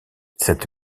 cette